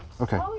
Okay